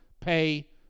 pay